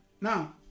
Now